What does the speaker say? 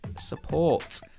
support